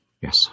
yes